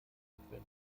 notwendig